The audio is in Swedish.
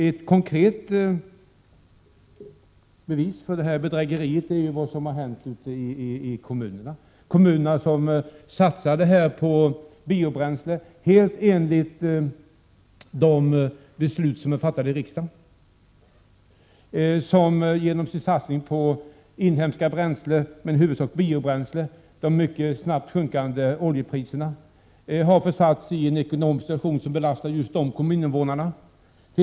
Ett konkret bevis för socialdemokraternas bedrägeri är det som har hänt ute i de kommuner som satsat främst på biobränsle, helt i enlighet med riksdagens beslut. Dessa kommuner har till följd av de mycket snabbt sjunkande oljepriserna försatts i en svår ekonomisk situation, som har kommit att bli en belastning för invånarna i berörda kommuner.